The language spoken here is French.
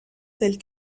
tels